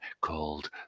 called